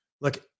Look